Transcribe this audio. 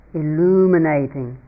illuminating